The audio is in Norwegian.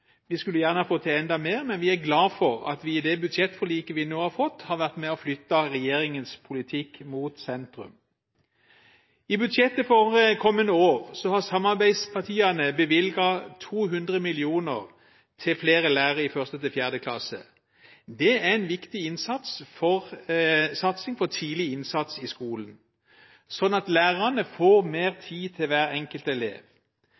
Vi skulle gjerne ha fått til enda mer, men vi er glad for at vi i det budsjettforliket vi nå har fått, har vært med og flyttet regjeringens politikk mot sentrum. I budsjettet for kommende år har samarbeidspartiene bevilget 200 mill. kr til flere lærere i 1.–4. klasse. Det er en viktig innsats for satsing på tidlig innsats i skolen, slik at lærerne får mer tid til hver enkelt elev.